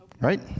right